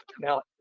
Now